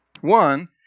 One